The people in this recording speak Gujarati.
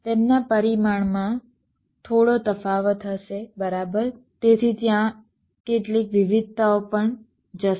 તેમના પરિમાણોમાં થોડો તફાવત હશે બરાબર તેથી કેટલીક વિવિધતાઓ પણ ત્યાં જશે